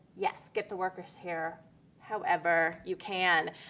yes get the workers here however you can.